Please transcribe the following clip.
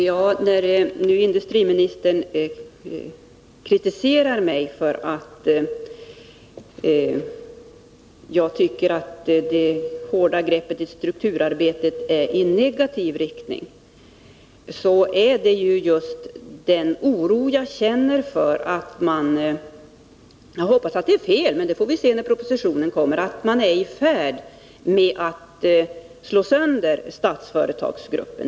Herr talman! När industriministern nu kritiserar mig för att jag tycker att det hårda greppet i strukturarbetet har en negativ riktning vill jag betona att jag känner oro för att man är i färd med att — jag hoppas att det inte är så, men det får vi se när propositionen kommer — slå sönder Statsföretagsgruppen.